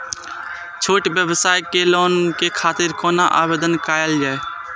छोट व्यवसाय के लोन के खातिर कोना आवेदन कायल जाय?